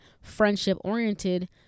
friendship-oriented